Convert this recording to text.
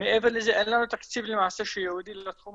מעבר לזה אין לנו תקציב למעשה ייעודי לתחום